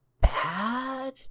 bad